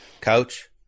Coach